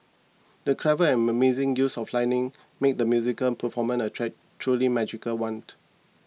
the clever and amazing use of lighting made the musical performance a track truly magical one